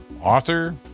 author